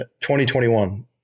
2021